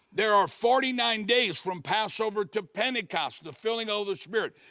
there are forty nine days from passover to pentecost the filling of the spirit.